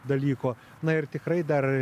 dalyko na ir tikrai dar